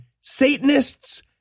Satanists